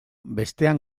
bestean